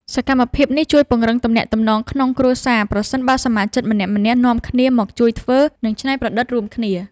សកម្មភាពនេះជួយពង្រឹងទំនាក់ទំនងក្នុងគ្រួសារ ប្រសិនបើសមាជិកម្នាក់ៗនាំគ្នាមកជួយធ្វើ និងច្នៃប្រឌិតរួមគ្នា។